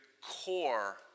core